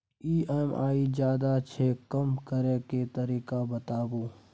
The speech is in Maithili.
ई.एम.आई ज्यादा छै कम करै के तरीका बताबू?